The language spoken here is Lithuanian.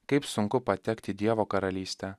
kaip sunku patekti į dievo karalystę